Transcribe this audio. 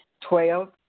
Twelve